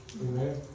Amen